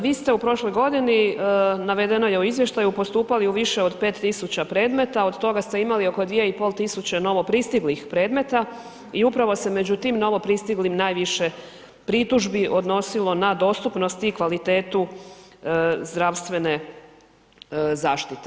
Vi ste u prošloj godini, navedeno je u izvještaju postupali u više od 5.000 predmeta, od toga ste imali oko 2.500 novo pristiglih predmeta i upravo se među tim novo pristiglim najviše pritužbi odnosilo na dostupnost i kvalitetu zdravstvene zaštite.